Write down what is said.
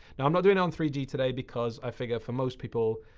now i'm not doing it on three g today. because i figure for most people,